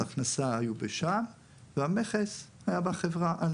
מס הכנסה היו בשע"ם והמכס היה בחברה א'.